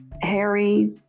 Harry